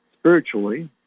spiritually